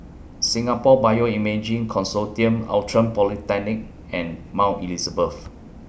Singapore Bioimaging Consortium Outram Polyclinic and Mount Elizabeth